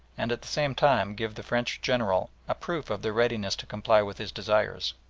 and at the same time give the french general a proof of their readiness to comply with his desires.